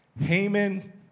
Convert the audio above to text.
Haman